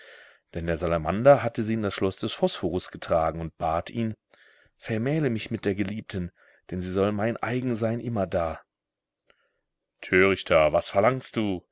denn der salamander hatte sie in das schloß des phosphorus getragen und bat ihn vermähle mich mit der geliebten denn sie soll mein eigen sein immerdar törichter was verlangst du